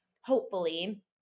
hopefully-